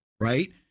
right